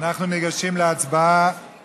אנחנו ניגשים להצבעה